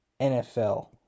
NFL